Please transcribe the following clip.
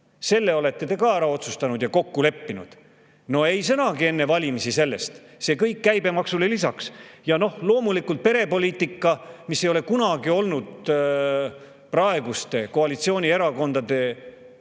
Selle olete te ka ära otsustanud ja kokku leppinud. No ei sõnagi enne valimisi sellest. See kõik käibemaksule lisaks. Ja loomulikult perepoliitika, mis ei ole kunagi olnud praeguste koalitsioonierakondade